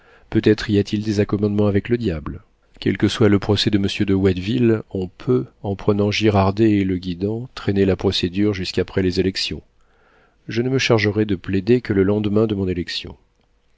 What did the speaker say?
peut-être y a-t-il des accommodements avec le diable quel que soit le procès de monsieur de watteville on peut en prenant girardet et le guidant traîner la procédure jusqu'après les élections je ne me chargerai de plaider que le lendemain de mon élection